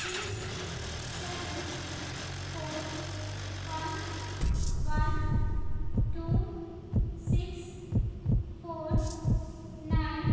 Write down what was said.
six seven four one one two six four nine